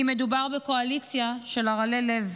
כי מדובר בקואליציה של ערלי לב.